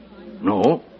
No